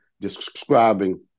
describing